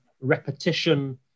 repetition